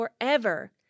forever